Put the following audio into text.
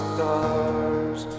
Stars